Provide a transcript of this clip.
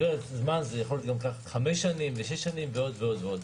זה יכול לקחת גם חמש ושש שנים ועוד ועוד ועוד.